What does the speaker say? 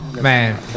Man